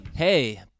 Hey